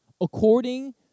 according